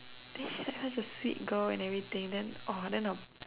Grace is such a sweet girl and everything then orh then the